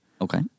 Okay